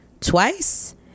twice